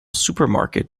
supermarket